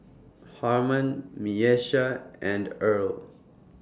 Harman Miesha and Earl